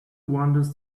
wanders